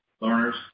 learners